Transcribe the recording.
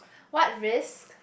what risk